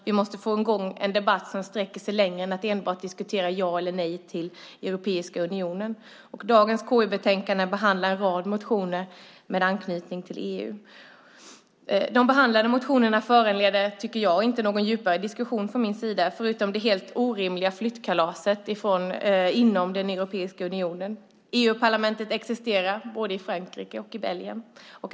Vi måste få i gång en debatt som sträcker sig längre än att enbart diskutera ja eller nej till Europeiska unionen. Dagens KU-betänkande behandlar en rad motioner med anknytning till EU. De behandlade motionerna föranleder inte någon djupare diskussion från min sida, förutom när det gäller det helt orimliga flyttkalaset inom den europeiska unionen. EU-parlamentet existerar både i Frankrike och i Belgien.